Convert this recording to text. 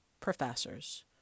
professors